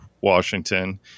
Washington